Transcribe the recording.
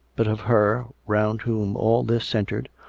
but of her, round whom all this centred,